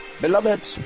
Beloved